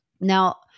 Now